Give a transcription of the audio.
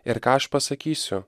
ir ką aš pasakysiu